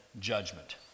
judgment